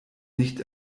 nicht